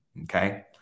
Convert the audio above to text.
Okay